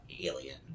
alien